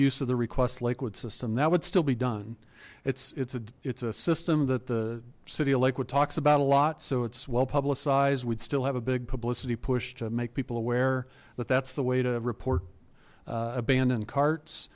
use of the request lakewood system that would still be done it's it's a it's a system that the city of lakewood talks about a lot so it's well publicized we'd still have a big publicity push to make aware that that's the way to report abandoned carts